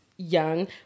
Young